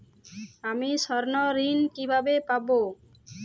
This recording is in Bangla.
আমি স্বর্ণঋণ কিভাবে পাবো?